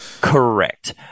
Correct